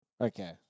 Okay